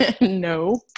no